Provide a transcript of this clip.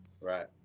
Right